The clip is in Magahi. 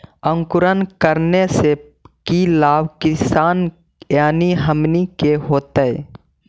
अंकुरण करने से की लाभ किसान यानी हमनि के होतय?